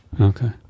Okay